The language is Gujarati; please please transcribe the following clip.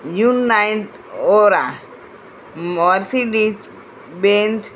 યૂનાઇન ઓરા મર્સીડી બેન્થ